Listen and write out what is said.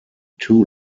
too